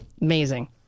Amazing